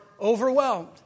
overwhelmed